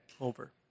over